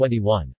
2021